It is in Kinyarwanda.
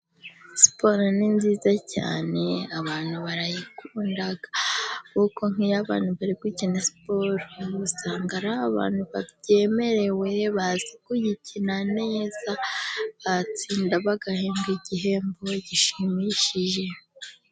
Siporo ni nziza cyane abantu barayikunda kuko nk'iyo abantu bari gukina siporo usanga ari abantu babyemerewe, bazi kuyikina neza batsinda bagahembwa igihembo gishimishije.